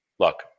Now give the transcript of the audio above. Look